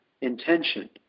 intention